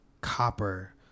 copper